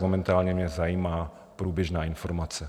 Momentálně mě zajímá průběžná informace.